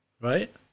right